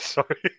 Sorry